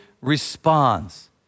responds